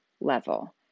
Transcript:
level